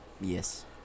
Yes